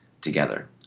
together